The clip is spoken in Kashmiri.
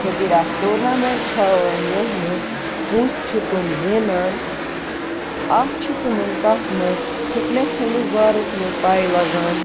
خٲطرٕ اَکھ ٹورنامٮ۪نٛٹ تھاوان یَتھ منٛز پونٛسہٕ چھِ تِم زینان اَکھ چھِ تِمَن تَتھ منٛز فِٹنٮ۪س سٕنٛدِس بارَس منٛز پَے لَگان